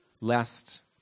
lest